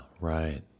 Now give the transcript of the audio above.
right